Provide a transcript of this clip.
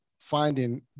finding